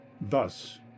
thus